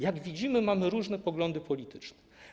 Jak widzimy, mamy różne poglądy polityczne.